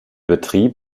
betrieb